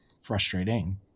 frustrating